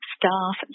staff